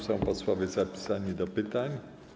Są posłowie zapisani do pytań.